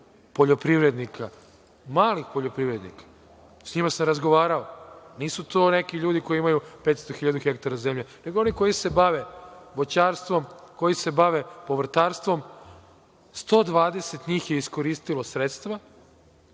poljoprivrednika, malih poljoprivrednika, sa njima sam razgovarao, nisu to neki ljudi koji imaju 500 hiljada hektara zemlje nego oni koji se bave voćarstvom, koji se bave povrtarstvom, 120 njih je iskoristilo sredstva